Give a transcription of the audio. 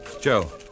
Joe